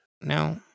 now